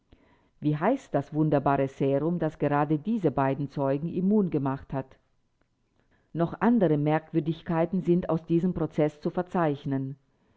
wie heißt das wunderbare serum das gerade diese beiden zeugen immun gemacht hat noch andere merkwürdigkeiten sind aus diesem prozeß zu verzeichnen